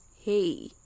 hey